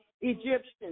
Egyptian